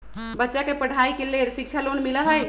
बच्चा के पढ़ाई के लेर शिक्षा लोन मिलहई?